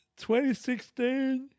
2016